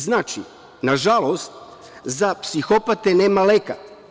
Znači, nažalost, za psihopate nema leka.